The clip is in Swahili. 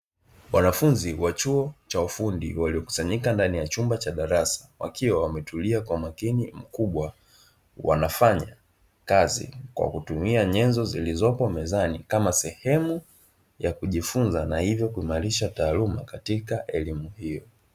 Wanafunzi wa chuo cha ufundi waliokusanyika ndani ya chumba cha darasa, wakiwa wametulia kwa umakini mkubwa wanafanya kazi kwa kutumia nyenzo zilizopo mezani, kama sehemu ya kujifunza na hivyo kuimarisha taaluma katika elimu hiyo.